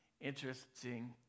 interesting